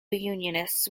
unionists